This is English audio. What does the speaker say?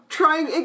trying